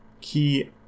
key